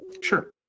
Sure